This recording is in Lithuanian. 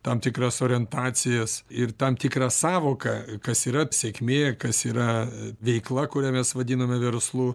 tam tikras orientacijas ir tam tikrą sąvoką kas yra sėkmė kas yra veikla kurią mes vadiname verslu